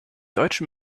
deutsche